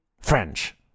French